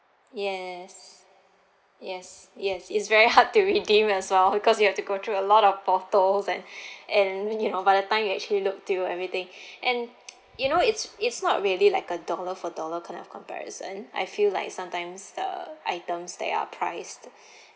yes yes yes it's very hard to redeem as well because you have to go through a lot of portals and and you know by the time you actually look through everything and you know it's it's not really like a dollar for dollar kind of comparison I feel like sometimes the items they are priced